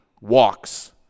walks